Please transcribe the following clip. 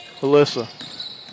Alyssa